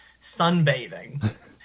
sunbathing